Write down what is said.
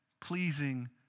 pleasing